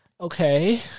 Okay